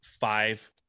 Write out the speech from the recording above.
five